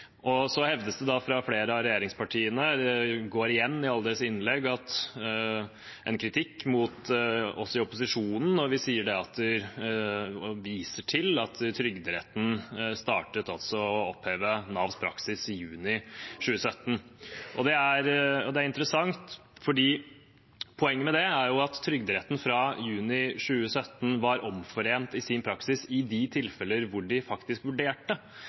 Så kommer det fra flere av regjeringspartiene – det går igjen i alle deres innlegg – en kritikk av oss i opposisjonen når vi viser til at Trygderetten startet å oppheve Navs praksis i juni 2017. Det er interessant, for poenget med det er jo at Trygderetten fra juni 2017 var omforent i sin praksis i de tilfellene de faktisk vurderte